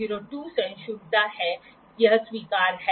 किसी माप की आवश्यकता नहीं है क्योंकि यह एक ज्ञात लंबाई है